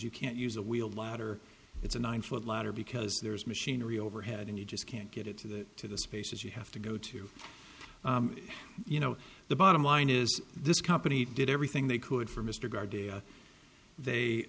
you can't use a wheeled ladder it's a nine foot ladder because there's machinery overhead and you just can't get it to that to the spaces you have to go to you know the bottom line is this company did everything they could for m